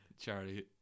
Charlie